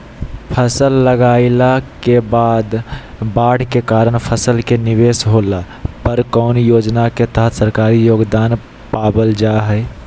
फसल लगाईला के बाद बाढ़ के कारण फसल के निवेस होला पर कौन योजना के तहत सरकारी योगदान पाबल जा हय?